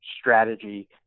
strategy